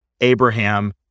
Abraham